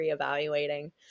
reevaluating